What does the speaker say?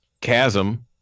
chasm